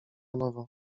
nowo